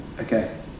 Okay